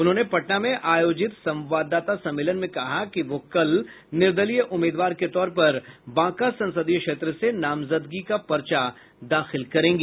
उन्होंने आज पटना में आयोजित संवाददाता सम्मेलन में कहा कि वह कल निर्दलीय उम्मीदवार के तौर पर बांका संसदीय क्षेत्र से नामजदगी का पर्चा दाखिल करेंगी